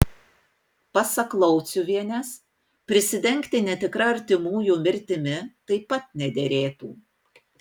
pasak lauciuvienės prisidengti netikra artimųjų mirtimi taip pat nederėtų